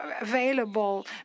available